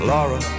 Laura